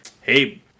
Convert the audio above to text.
hey